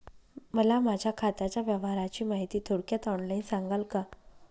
मला माझ्या खात्याच्या व्यवहाराची माहिती थोडक्यात ऑनलाईन सांगाल का?